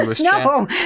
no